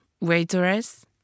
waitress